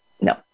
no